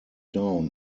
down